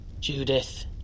Judith